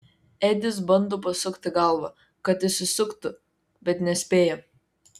edis bando pasukti galvą kad išsisuktų bet nespėja